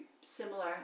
similar